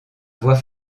voix